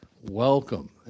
Welcome